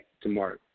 tomorrow